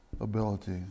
ability